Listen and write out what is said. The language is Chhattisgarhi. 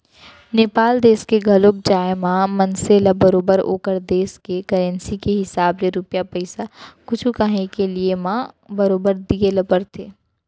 नेपाल देस के घलौ जाए म मनसे ल बरोबर ओकर देस के करेंसी के हिसाब ले रूपिया पइसा कुछु कॉंही के लिये म बरोबर दिये ल परथे